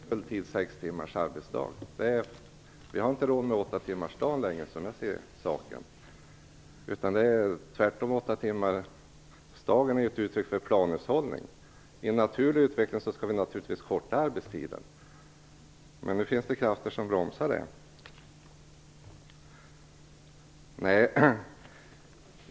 Fru talman! Arbetsmängden räcker till 6 timmars arbetsdag. Vi har inte råd med 8-timmarsdagen längre, som jag ser saken. 8-timmarsdagen är ett uttryck för planhushållning. I en naturlig utveckling skall vi naturligtvis korta arbetstiden. Men nu finns det krafter som bromsar det.